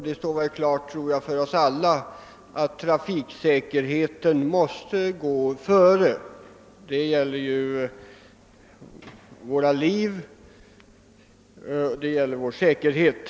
Det står väl klart för oss alla att trafiksäkerheten här kommer i främsta rummet; det gäller ju våra liv och vår säkerhet.